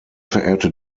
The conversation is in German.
verehrte